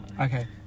Okay